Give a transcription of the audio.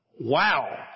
Wow